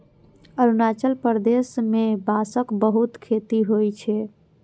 अरुणाचल प्रदेश मे बांसक बहुत खेती होइ छै